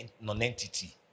non-entity